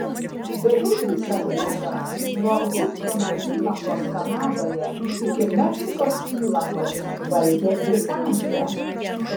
beveik visą ruožą nuo hudsono įlankos kanadoje iki meksikos įlankos valdė britanija